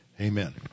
Amen